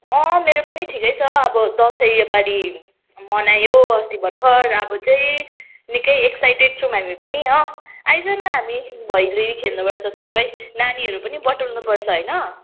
अँ मेरो पनि ठिकै छ अब दसैँ योपालि मनायो अस्ति भर्खर अब चाहिँ निकै एक्साइटेड छौँ हामी पनि हो आइज न हामी पनि भैलिनी खेल्नुपर्छ सँगै नानीहरू पनि बटुल्नुपर्छ होइन